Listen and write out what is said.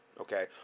okay